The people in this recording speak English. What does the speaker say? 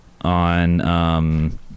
on